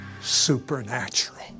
supernatural